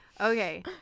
okay